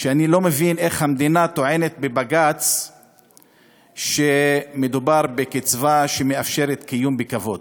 שאני לא מבין איך המדינה טוענת בבג"ץ שמדובר בקצבה שמאפשרת קיום בכבוד,